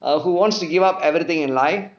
err who wants to give up everything in life